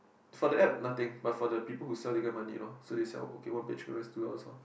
for that app nothing but for the people who sell they get money lor so they sell okay one page at least two dollars lor